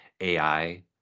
AI